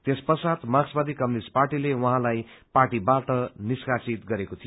त्यस पश्चात मार्क्सवादी कम्युनिष्ट पार्टीले उहाँलाई पार्टीबाट निष्कासित गरेको थियो